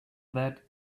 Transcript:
that